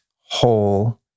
whole